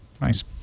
nice